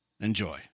Enjoy